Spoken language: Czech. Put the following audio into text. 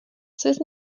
ses